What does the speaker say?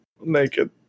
naked